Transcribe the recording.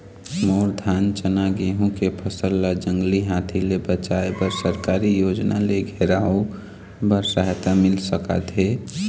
मोर धान चना गेहूं के फसल ला जंगली हाथी ले बचाए बर सरकारी योजना ले घेराओ बर सहायता मिल सका थे?